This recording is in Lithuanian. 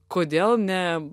kodėl ne